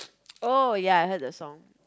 oh ya I heard the song